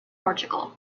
portugal